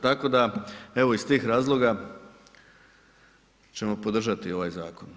Tako da evo iz tih razloga ćemo podržati ovaj zakon.